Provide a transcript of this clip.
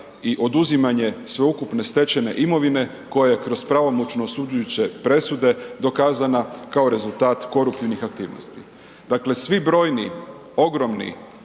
i oduzimanje sveukupne stečene imovine koja je kroz pravomoćno osuđujuće presude dokazana kao rezultat koruptivnih aktivnosti. Dakle, svi brojni, ogromni,